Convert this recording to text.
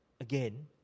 again